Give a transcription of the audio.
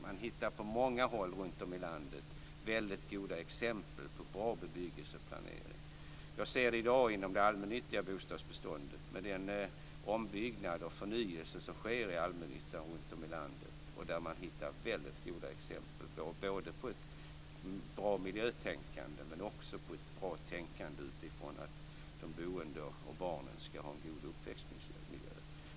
Man hittar på många håll runtom i landet goda exempel på bra bebyggelseplanering. Jag ser det i dag inom det allmännyttiga bostadsbeståndet, med den ombyggnad och förnyelse som sker i allmännyttan runtom i landet. Man hittar goda exempel på ett bra miljötänkande men också på ett bra tänkande utifrån att de boende och barnen ska ha en god uppväxtmiljö.